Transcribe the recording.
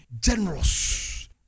generous